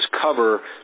cover